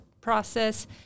process